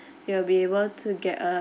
you will be able to get a